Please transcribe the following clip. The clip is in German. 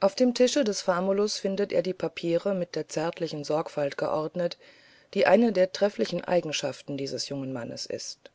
auf dem tische des famulus findet er die papiere mit der zärtlichen sorgfalt geordnet die eine der trefflichen eigenschaften dieses jungen mannes ist